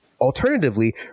Alternatively